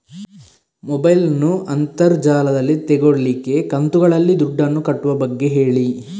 mobile ನ್ನು ಅಂತರ್ ಜಾಲದಲ್ಲಿ ತೆಗೋಲಿಕ್ಕೆ ಕಂತುಗಳಲ್ಲಿ ದುಡ್ಡನ್ನು ಕಟ್ಟುವ ಬಗ್ಗೆ ಹೇಳಿ